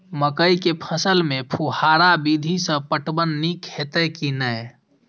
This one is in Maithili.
मकई के फसल में फुहारा विधि स पटवन नीक हेतै की नै?